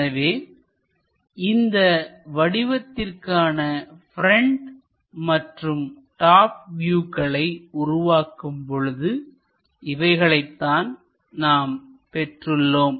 எனவே இந்த வடிவதற்கான ப்ரெண்ட் மற்றும் டாப் வியூக்களை உருவாக்கும் பொழுது இவைகளைத்தான் நாம் பெற்றுள்ளோம்